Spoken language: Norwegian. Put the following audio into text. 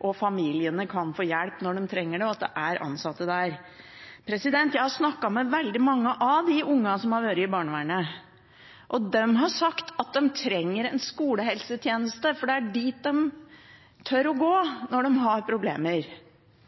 og familiene kan få hjelp når de trenger det, og at det er ansatte der. Jeg har snakket med veldig mange av de ungene som har vært i barnevernet, og de har sagt at de trenger en skolehelsetjeneste, fordi det er dit de tør å gå når de har problemer.